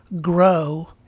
grow